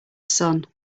sun